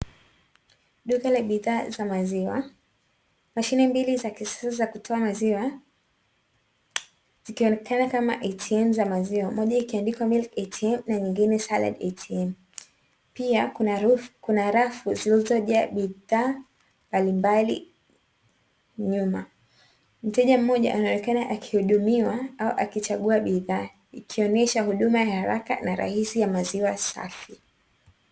Duka la bidhaa za maziwa, mashine mbili za kisasa zakutoa maziwa zikionekana kama ATM za maziwa moja ikiandikwa MILK ATM na nyingine SALA ATM pia kuna rafu zilizo jaa bidhaa mbalimbali nyuma. Mteja mmoja anaonekana akihudumiwa au akichagua bidhaa ikionyesha huduma ya haraka na rahisi ya maziwa safi.